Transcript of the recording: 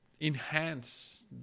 enhance